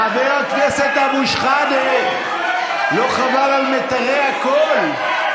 חבר הכנסת אבו שחאדה, לא חבל על מיתרי הקול?